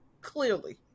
Clearly